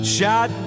Shot